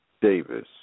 Davis